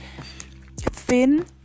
thin